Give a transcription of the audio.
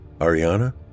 Ariana